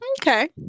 Okay